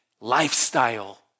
lifestyle